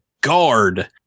Guard